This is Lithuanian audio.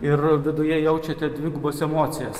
ir viduje jaučiate dvigubas emocijas